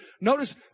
Notice